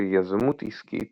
ויזמות עסקית